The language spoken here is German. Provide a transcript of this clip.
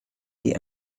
die